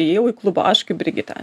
įėjau į klubą aš kaip brigita